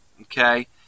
Okay